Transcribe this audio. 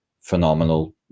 phenomenal